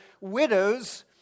widows